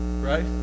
right